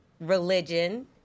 religion